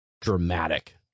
dramatic